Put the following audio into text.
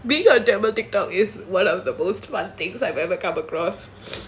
being a tamil TikTok is one of the most fun things I've ever come across